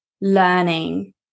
learning